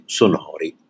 sonori